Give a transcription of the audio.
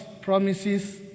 promises